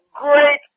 great